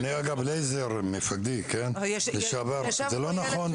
אגב, לייזר, מפקדי לשעבר, זה לא נכון.